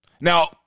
Now